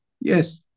Yes